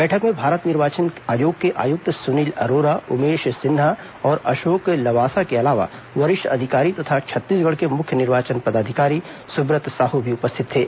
बैठक में भारत निर्वाचन आयोग के आयुक्त सुनील अरोरा उमेश सिन्हा और अशोक लवासा के अलावा वरिष्ठ अधिकारी तथा छत्तीसगढ़ के मुख्य निर्वाचन पदाधिकारी सुब्रत साहू भी उपस्थित थे